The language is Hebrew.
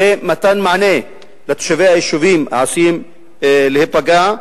יהיה מענה לתושבי היישובים העשויים להיפגע,